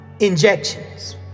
injections